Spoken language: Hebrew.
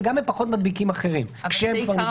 וגם הם פחות מדבקים אחרים כשהם כבר נדבקו.